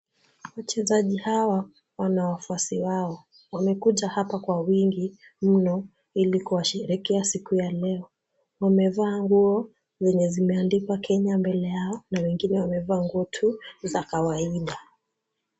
Wachezaji hawa wana wafuasi wao. Wamekuja hapa kwa wingi mno ili kuwasherekea siku ya leo. Wamevaa nguo zenye zimeandikwa Kenya mbele yao na wengine wamevaa nguo tu za kawaida.